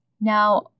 Now